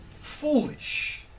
foolish